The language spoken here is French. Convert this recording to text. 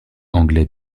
anglais